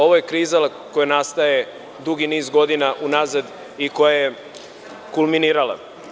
Ovo je kriza koja nastaje dugi niz godina unazad i koja je kulminirala.